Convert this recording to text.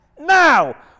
Now